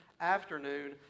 afternoon